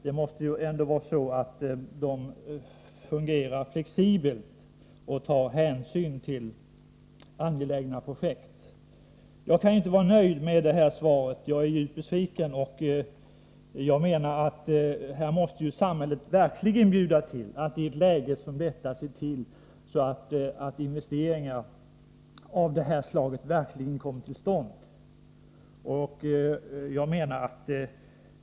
Detta måste fungera flexibelt, så att man tar hänsyn till angelägna projekt. Jag kan inte vara nöjd med det här svaret. Jag är djupt besviken, och jag menar att samhället verkligen måste bjuda till för att i ett läge som detta se till att investeringar av det här slaget kommer till stånd.